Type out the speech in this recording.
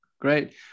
Great